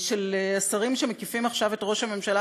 של השרים שמקיפים עכשיו את ראש הממשלה